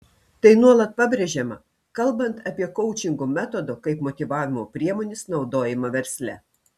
tai nuolat pabrėžiama kalbant apie koučingo metodo kaip motyvavimo priemonės naudojimą versle